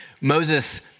Moses